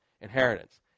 inheritance